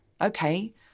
Okay